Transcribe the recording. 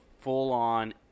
full-on